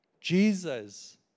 Jesus